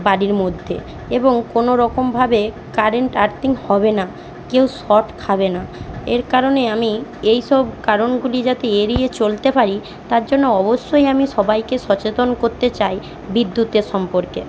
বাড়ির মধ্যে এবং কোন রকমভাবে কারেন্ট আর্থিং হবে না কেউ শর্ট খাবে না এর কারণে আমি এইসব কারণগুলি যাতে এড়িয়ে চলতে পারি তার জন্য অবশ্যই আমি সবাইকে সচেতন করতে চাই বিদ্যুতের সম্পর্কে